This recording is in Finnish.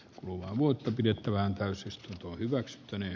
kuluvaa vuotta pidettävään täysistunto hyväksyttäneen